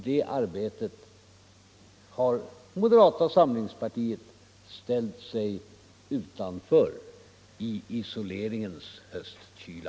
Det arbetet har moderata samlingspartiet ställt sig utanför i isoleringens höstkyla.